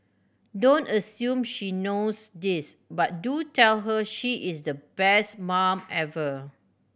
don't assume she knows this but do tell her she is the best mum ever